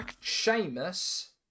Sheamus